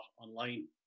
online